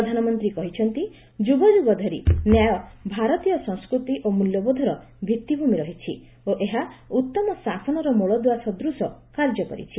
ପ୍ରଧାନମନ୍ତ୍ରୀ କହିଛନ୍ତି ଯୁଗ ଯୁଗ ଧରି ନ୍ୟାୟ ଭାରତୀୟ ସଂସ୍କୃତି ଓ ମୂଲ୍ୟବୋଧର ଭିଭିଭୂମି ରହିଛି ଓ ଏହା ଉତ୍ତମ ଶାସନର ମୂଳଦୁଆ ସଦୂଶ କାର୍ଯ୍ୟ କରିଛି